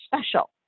special